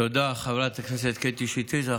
תודה, חברת הכנסת קטי שטרית.